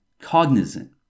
cognizant